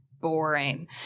boring